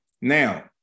now